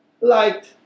liked